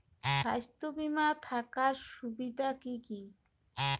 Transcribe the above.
স্বাস্থ্য বিমা থাকার সুবিধা কী কী?